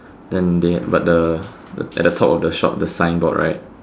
then they but the at the top of the shop the signboard right